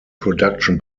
production